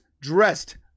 dressed